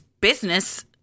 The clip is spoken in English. business